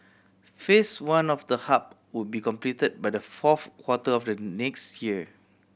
Phase One of the hub will be completed by the fourth quarter of the next year